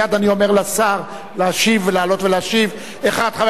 ומייד אני אומר לשר לעלות ולהשיב: חבר